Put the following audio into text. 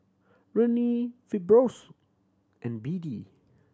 Rene Fibrosol and B D